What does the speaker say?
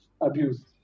abuse